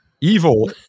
Evil